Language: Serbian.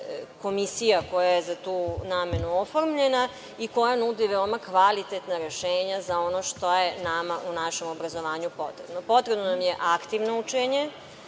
komisija koja je za tu namenu oformljena i koja nudi veoma kvalitetna rešenja za ono što je nama u našem obrazovanju potrebno. Potrebno nam je aktivno učenje.